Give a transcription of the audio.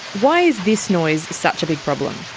why is this noise such a big problem?